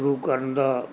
ਸ਼ੁਰੂ ਕਰਨ ਦਾ